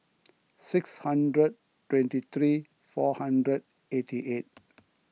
six hundred twenty three four hundred eighty eight